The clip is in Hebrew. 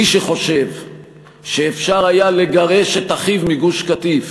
מי שחושב שאפשר היה לגרש את אחיו מגוש-קטיף